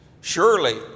Surely